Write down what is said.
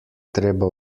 treba